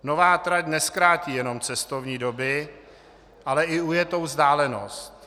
Nová trať nezkrátí jenom cestovní doby, ale i ujetou vzdálenost.